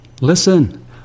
Listen